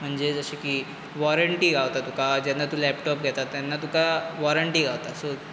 म्हणजें जशें की वॉरंटी गावता तुका जेन्ना तूं लॅपटॉप घेता तेन्ना तुका वॉरंटी गावता सो